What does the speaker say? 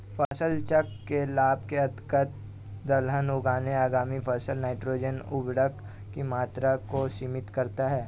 फसल चक्र के लाभ के अंतर्गत दलहन उगाना आगामी फसल में नाइट्रोजन उर्वरक की मात्रा को सीमित करता है